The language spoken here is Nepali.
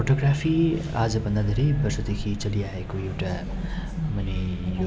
फोटोग्राफी आजभन्दा धेरै वर्षदेखि चलिआएको एउटा माने यो एउटा